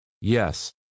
Yes